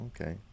okay